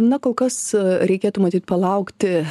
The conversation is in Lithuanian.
na kol kas reikėtų matyt palaukti